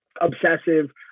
obsessive